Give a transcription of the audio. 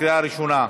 לקריאה ראשונה.